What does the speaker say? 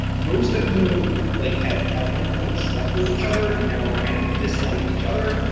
most of whom like had at one point slept with each other and now kind of disliked each other,